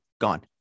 gone